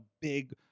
big